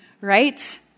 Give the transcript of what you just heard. Right